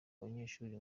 banyeshuri